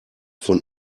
von